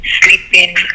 sleeping